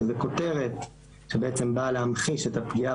שזו כותרת שבעצם באה להמחיש את הפגיעה